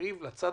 לצד